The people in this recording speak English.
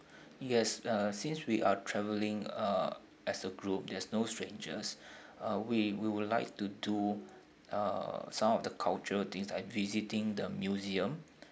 yes uh since we are travelling uh as a group there's no strangers uh we we would like to do uh some of the cultural things like visiting the museum